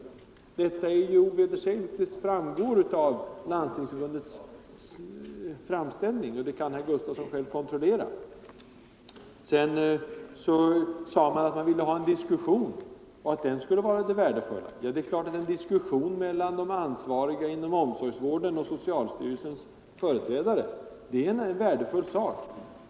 lingsstörda Detta är ovedersägligt. Det framgår av Landstingsförbundets framställning, och det kan herr Gustavsson själv kontrollera. Sedan sade man att man ville ha en diskussion och att den skulle vara det värdefulla. Ja, det är klart att en diskussion mellan de ansvariga inom omsorgsvården och socialstyrelsens företrädare är en värdefull sak.